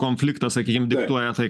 konfliktas sakykim diktuoja tai